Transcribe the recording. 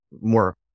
more